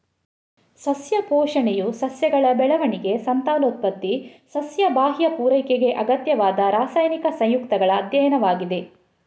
ಸಸ್ಯ ಪೋಷಣೆಯು ಸಸ್ಯಗಳ ಬೆಳವಣಿಗೆ, ಸಂತಾನೋತ್ಪತ್ತಿ, ಸಸ್ಯ ಬಾಹ್ಯ ಪೂರೈಕೆಗೆ ಅಗತ್ಯವಾದ ರಾಸಾಯನಿಕ ಸಂಯುಕ್ತಗಳ ಅಧ್ಯಯನವಾಗಿದೆ